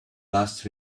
last